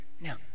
now